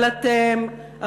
אבל אתם,